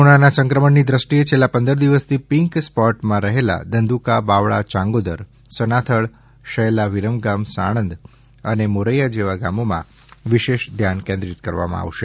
કોરોનાના સંક્રમણની દૃષ્ટિએ છેલ્લા પંદર દિવસથી પિન્ક સ્પોટમાં રહેલા ધંધુકા બાવળા ચાંગોદર સનાથલ શેલા વિરમગામ સાણંદ અને મોરૈયા જેવા ગામોમાં વિશેષ ધ્યાન કેન્દ્રિત કરાશે